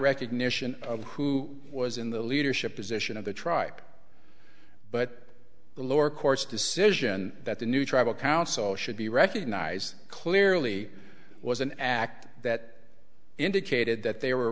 recognition of who was in the leadership position of the tribe but the lower court's decision that the new tribal council should be recognised clearly was an act that indicated that they were